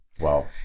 Wow